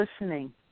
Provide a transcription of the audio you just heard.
listening